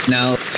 Now